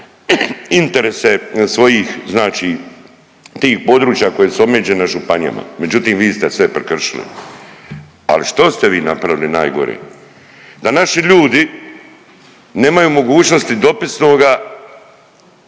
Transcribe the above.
interese svojih tih područja koje su omeđene županijama, međutim vi ste sve prekršili. Ali što ste vi napravili najgore? Da naši ljudi nemaju mogućnosti dopisnoga